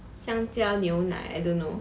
香蕉牛奶 I don't know